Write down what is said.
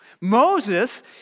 Moses